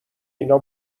اینا